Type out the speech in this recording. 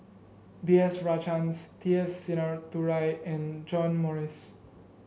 B S Rajhans T S Sinnathuray and John Morrice